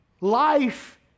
life